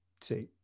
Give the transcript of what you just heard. see